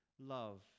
love